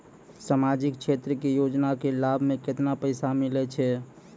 समाजिक क्षेत्र के योजना के लाभ मे केतना पैसा मिलै छै?